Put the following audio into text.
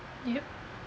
you don't